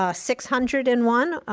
ah six hundred and one,